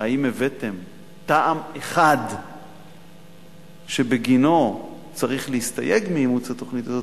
אם הבאתם טעם אחד שבגינו צריך להסתייג מאימוץ התוכנית הזאת,